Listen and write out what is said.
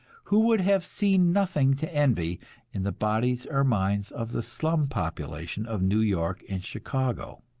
who would have seen nothing to envy in the bodies or minds of the slum population of new york and chicago.